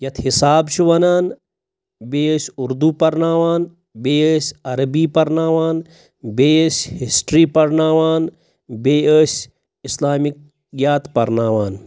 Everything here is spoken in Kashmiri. یَتھ حِساب چھُ وَنان بیٚیہِ ٲسۍ اُردو پَرناوان بیٚیہِ ٲسۍ عربی پَرناوان بیٚیہِ ٲسۍ ہِسٹرٛی پَرناوان بیٚیہِ ٲسۍ اِسلامِکیات پَرناوان